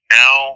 now